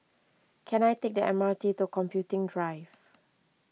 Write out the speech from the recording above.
can I take the M R T to Computing Drive